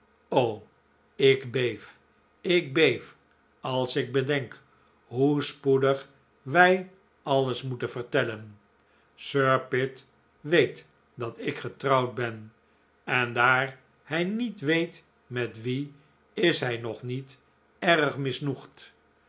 o ik beef ik beef als ik bedenk hoe spoedig wij alles moeten vertellen sir pitt weet dat ik getrouwd ben en daar hij niet weet met wien is hij nog niet erg